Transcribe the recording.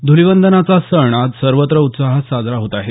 धुलिवंदनाचा सण आज सर्वत्र उत्साहात साजरा होत आहे